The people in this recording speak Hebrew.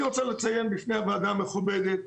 אני רוצה לציין בפני הוועדה המכובדת,